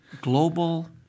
global